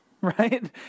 right